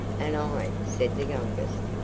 and i, said the youngest,